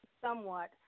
somewhat